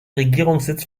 regierungssitz